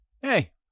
Hey